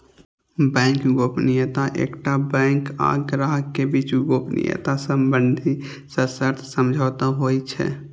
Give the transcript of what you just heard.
bank गोपनीयता एकटा bank आ ग्राहक के बीच गोपनीयता संबंधी सशर्त समझौता होइ छै